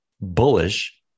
bullish